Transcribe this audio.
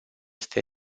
este